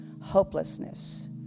hopelessness